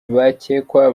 bakekwa